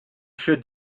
should